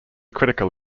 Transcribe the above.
critical